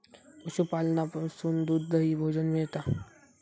पशूपालनासून दूध, दही, भोजन मिळता